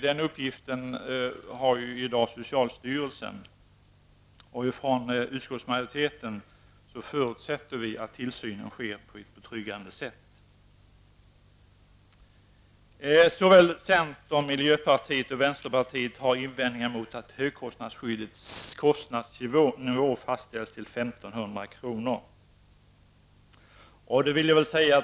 Den uppgiften har i dag socialstyrelsen. Utskottsmajoriteten förutsätter att tillsynen sker på ett betryggande sätt. Såväl centern som miljöpartiet och vänsterpartiet har invändningar mot att högkostnadsskyddets kostnadsnivå fastställs till 1 500 kr.